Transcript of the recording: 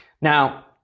Now